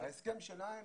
ההסכם שלהם